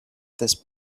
this